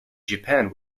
japan